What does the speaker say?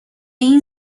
این